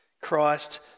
Christ